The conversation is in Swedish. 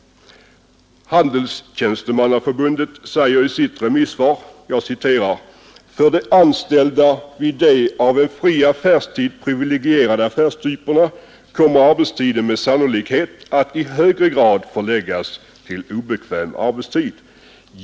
Handelstjänstemannaförbundet säger i sitt remissvar: ”För de anställda vid de av en fri affärstid privilegierade affärstyperna kommer arbetstiden med sannolikhet att i högre grad förläggas till obekväm arbetstid.